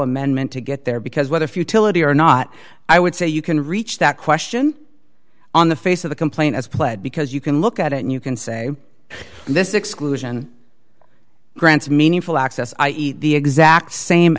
amendment to get there because whether futility or not i would say you can reach that question on the face of the complaint as pled because you can look at it and you can say this exclusion grants meaningful access i eat the exact same